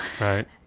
right